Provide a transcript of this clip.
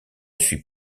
suis